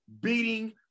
beating